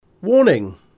Warning